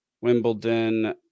Wimbledon